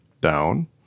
down